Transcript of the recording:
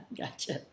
Gotcha